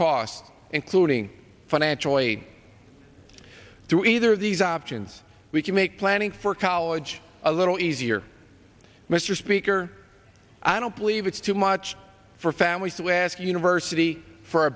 costs including financially through either of these options we can make planning for college a little easier mr speaker i don't believe it's too much for families to ask a university for